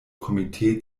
komitee